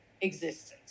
existence